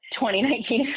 2019